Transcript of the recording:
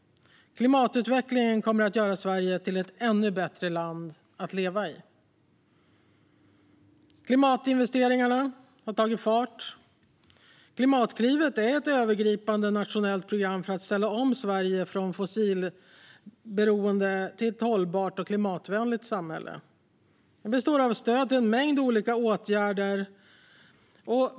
Klimatutvecklingen kommer att göra Sverige till ett ännu bättre land att leva i. Klimatinvesteringarna har tagit fart. Klimatklivet är ett övergripande nationellt program för att ställa om Sverige från fossilberoende till ett hållbart och klimatvänligt samhälle. Det består av stöd till en mängd olika åtgärder.